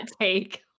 take